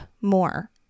more